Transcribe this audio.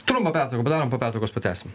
trumpą pertrauką padarom po pertraukos pratęsim